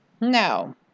No